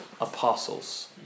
apostles